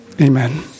Amen